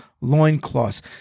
loincloths